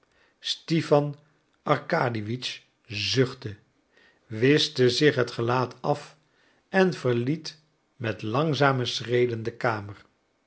stipan arkadiewitsch zuchtte wischte zich het gelaat af en verliet met langzame schreden de kamer